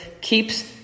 keeps